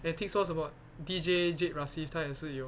and 听说什么 D_J jade rasif 她也是有